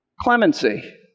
clemency